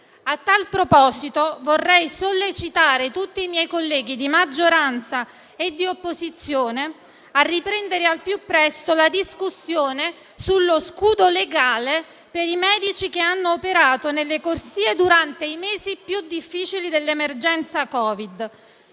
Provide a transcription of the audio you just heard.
A tal proposito, vorrei sollecitare tutti i miei colleghi di maggioranza e di opposizione a riprendere al più presto la discussione sullo scudo legale per i medici che hanno operato nelle corsie durante i mesi più difficili dell'emergenza Covid.